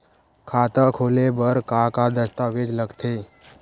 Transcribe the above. खाता खोले बर का का दस्तावेज लगथे?